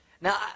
Now